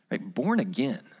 Born-again